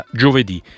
giovedì